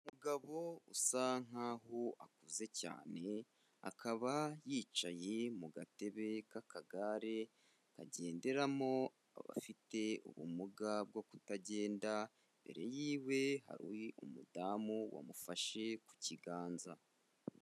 Umugabo usa nk'aho akuze cyane, akaba yicaye mu gatebe k'akagare kagenderamo abafite ubumuga bwo kutagenda, imbere yiwe hari umudamu wamufashe ku kiganza.